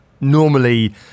normally